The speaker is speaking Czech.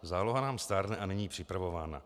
Záloha nám stárne a není připravována.